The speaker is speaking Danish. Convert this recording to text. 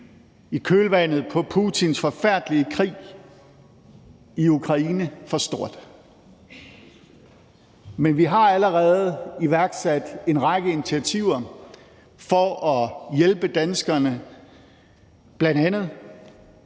i kølvandet på Putins forfærdelige krig i Ukraine, for stort. Men vi har allerede iværksat en række initiativer for at hjælpe danskerne. Bl.a.